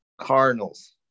Cardinals